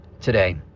today